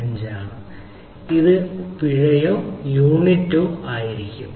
5 ആണ് അത് INR പിഴയോ യൂണിറ്റ് ആണെങ്കിലോ